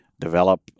develop